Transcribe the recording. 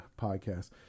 podcast